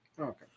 Okay